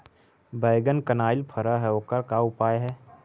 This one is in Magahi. बैगन कनाइल फर है ओकर का उपाय है?